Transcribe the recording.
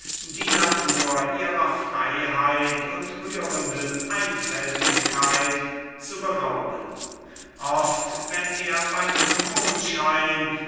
die natur ihrer freiheit und rührenden einfältigkeit zu berauben oft wenn er beim mond schein